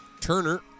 Turner